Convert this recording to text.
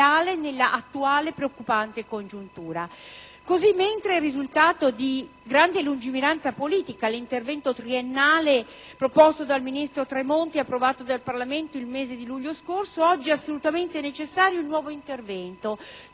nella attuale preoccupante congiuntura. Così, mentre è risultato di grande lungimiranza politica l'intervento triennale proposto dal ministro Tremonti e approvato dal Parlamento il mese di luglio scorso, oggi è assolutamente necessario il nuovo intervento,